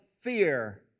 fear